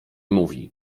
mówi